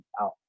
out